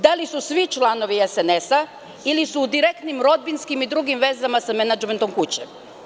Da li su svi članovi SNS ili su u direktnim rodbinskim i drugim vezama sa menadžmentom kuće?